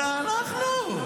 זה אנחנו.